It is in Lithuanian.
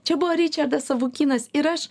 čia buvo ričardas savukynas ir aš